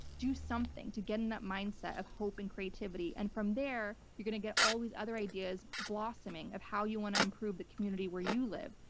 do something to get in that mindset of hope and creativity. and from there, you're going to get all these other ideas blossoming of how you want to improve the community where you live,